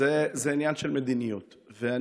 אני